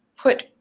put